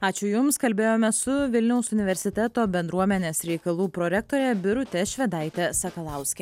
ačiū jums kalbėjome su vilniaus universiteto bendruomenės reikalų prorektore birute švedaite sakalauske